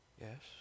Yes